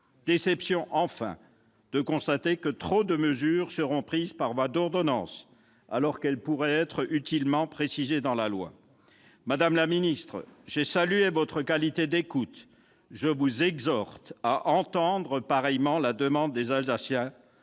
Déception enfin de constater que trop de mesures seront prises par voie d'ordonnance, alors qu'elles pourraient être utilement précisées dans la loi. Madame la ministre, j'ai salué votre qualité d'écoute. Je vous exhorte à entendre pareillement la demande des Alsaciens